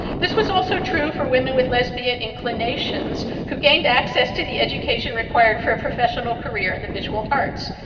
this was also true for women with lesbian inclinations who gained access to the education required for a professional career in the visual arts.